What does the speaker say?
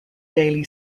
daily